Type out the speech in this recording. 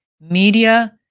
media